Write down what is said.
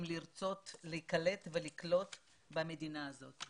צריכים לרצות להיקלט ולקלוט במדינה הזאת.